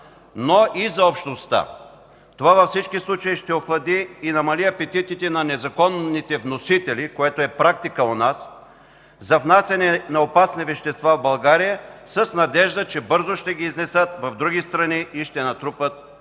но и за общността. Това във всички случаи ще охлади и намали апетитите на незаконните вносители, което е практика у нас, за внасяне на опасни вещества в България с надежда, че бързо ще ги изнесат в други страни и ще натрупат печалби.